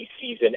season